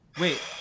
Wait